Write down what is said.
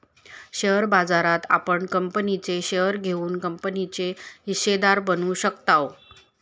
share बाजारात आपण कंपनीचे शेअर घेऊन कंपनीचे हिस्सेदार बनू शकताव